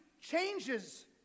changes